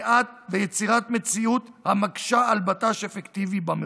ויצירת מציאות המקשה על בט"ש אפקטיבי במרחב,